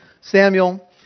Samuel